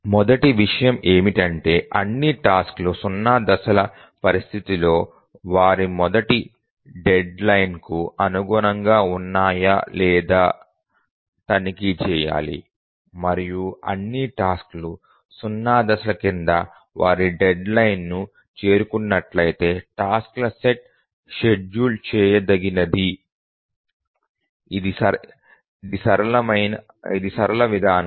మొదటి విషయం ఏమిటంటే అన్ని టాస్క్ లు 0 దశల పరిస్థితులలో వారి మొదటి డెడ్లైన్కు అనుగుణంగా ఉన్నాయో లేదో తనిఖీ చేయాలి మరియు అన్ని టాస్క్ లు 0 దశల కింద వారి మొదటి డెడ్లైన్ను చేరుకున్నట్లయితే టాస్క్ ల సెట్ షెడ్యూల్ చేయదగినవి ఇది సరళ విధానం